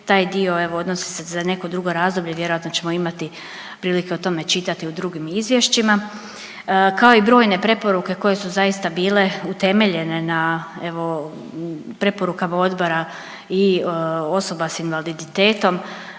taj dio evo odnosi se za neko drugo razdoblje vjerojatno ćemo imati prilike o tome čitati u drugim izvješćima, kao i brojne preporuke koje su zaista bile utemeljene na evo preporukama odbora i osobe s invaliditetom